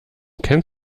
kennt